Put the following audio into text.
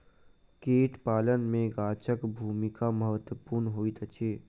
कीट पालन मे गाछक भूमिका महत्वपूर्ण होइत अछि